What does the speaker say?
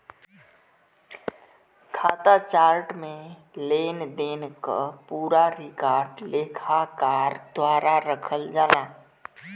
खाता चार्ट में लेनदेन क पूरा रिकॉर्ड लेखाकार द्वारा रखल जाला